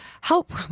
help